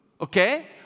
okay